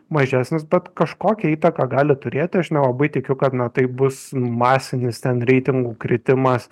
mažesnis bet kažkokią įtaką gali turėti aš nelabai tikiu kad na tai bus masinis ten reitingų kritimas